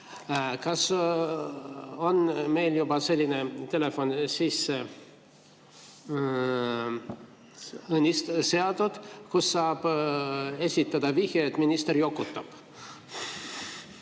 Kas meil on juba selline telefon sisse seatud, kus saab esitada vihje, et minister jokutab?